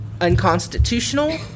unconstitutional